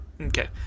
Okay